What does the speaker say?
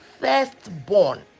firstborn